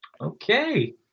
okay